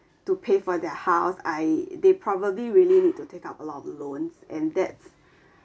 to pay for their house I they probably really need to take up a lot of loans and debts